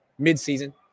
midseason